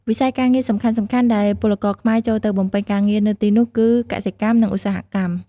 វិស័យការងារសំខាន់ៗដែលពលករខ្មែរចូលទៅបំពេញការងារនៅទីនោះគឺ កសិកម្ម និង ឧស្សាហកម្ម ។